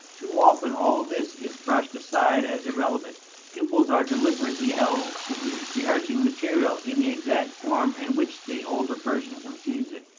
too often all this is brushed aside as irrelevant pupils are deliberately held to rehearsing material in the exact form in which the older person conceives it.